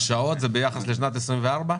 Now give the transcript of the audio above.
ואילו השעות הן ביחס לשנת 24?